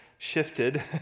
shifted